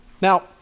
Now